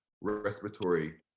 respiratory